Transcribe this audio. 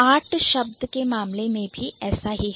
Art शब्द के मामले में भी ऐसा ही है